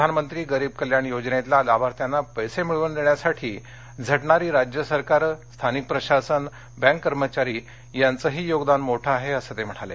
प्रधान मंत्री गरीब कल्याण योजनेतल्या लाभार्थ्याना पैसे मिळवून देण्यासाठी झटणारी राज्य सरकारं स्थानिक प्रशासन बँक कर्मचारी यांचंही योगदान मोठं आहे असं ते म्हणाले